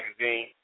magazine